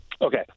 Okay